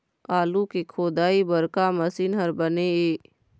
आलू के खोदाई बर का मशीन हर बने ये?